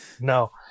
No